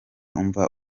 umva